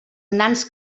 nans